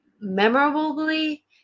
memorably